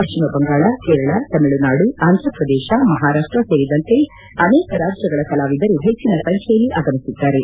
ಪಶ್ಚಿಮಬಂಗಾಳ ಕೇರಳ ತಮಿಳುನಾಡು ಆಂಧಪ್ರದೇಶ ಮಹಾರಾಪ್ಪ ಸೇರಿದಂತೆ ಅನೇಕ ರಾಜ್ಯಗಳ ಕಲಾವಿದರು ಹೆಚ್ಚಿನ ಸಂಖ್ಣೆಯಲ್ಲಿ ಆಗಮಿಸಿದ್ದಾರೆ